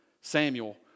Samuel